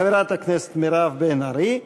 חברת הכנסת מירב בן ארי,